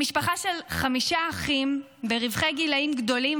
הם משפחה של חמישה אחים ברווחי גילים גדולים,